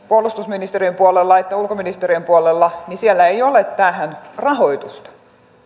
puolustusministeriön puolella että ulkoministeriön puolella niin siellä ei ole tähän rahoitusta